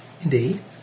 Indeed